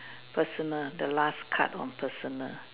personal the last card on personal